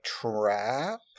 trap